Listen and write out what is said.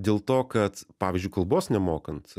dėl to kad pavyzdžiui kalbos nemokant